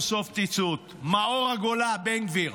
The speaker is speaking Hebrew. מאור הגולה, בן גביר.